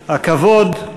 הכבוד,